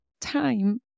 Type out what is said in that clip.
time